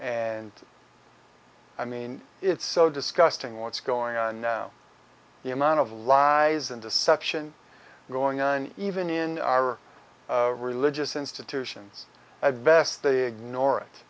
and i mean it's so disgusting what's going on now the amount of lies and deception going on even in religious institutions i best they ignore it